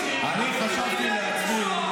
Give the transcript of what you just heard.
בוא אני אספר לך.